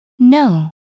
No